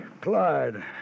Clyde